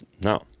No